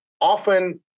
Often